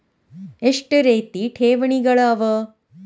ಎಷ್ಟ ರೇತಿ ಠೇವಣಿಗಳ ಅವ?